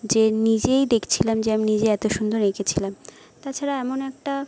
যে নিজেই দেখছিলাম যে আমি নিজে এত সুন্দর এঁকেছিলাম তাছাড়া এমন একটা